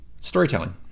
Storytelling